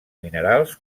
minerals